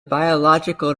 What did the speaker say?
biological